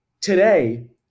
Today